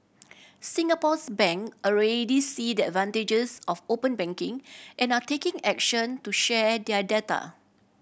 Singapore's bank already see the advantages of open banking and are taking action to share their data